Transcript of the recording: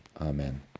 Amen